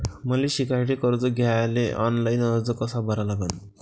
मले शिकासाठी कर्ज घ्याले ऑनलाईन अर्ज कसा भरा लागन?